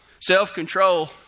self-control